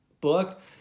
book